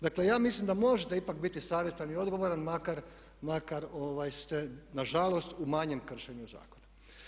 Dakle, ja mislim da možete ipak biti savjestan i odgovoran makar ste nažalost u manjem kršenju zakona.